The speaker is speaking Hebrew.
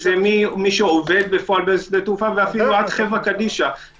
זה מופיע בתגובה שלנו.